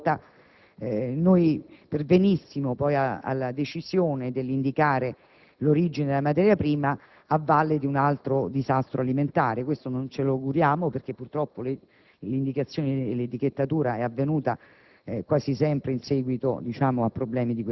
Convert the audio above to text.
Non vorremmo che, ancora una volta, pervenissimo alla decisione di indicare l'origine della materia prima a valle di un altro disastro alimentare. Ci auguriamo che ciò non avvenga, perché purtroppo l'indicazione dell'etichettatura è avvenuta